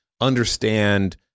understand